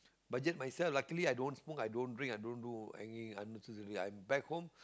budget myself luckily i don't smoke i don't drink i don't do any unnecessary thing I'm back home